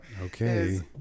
Okay